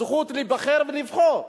הזכות להיבחר ולבחור,